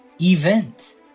event